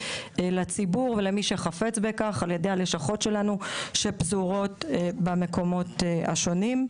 לציבור ולמי שחפץ בכך על ידי הלשכות שלנו שפזורות במקומות השונים.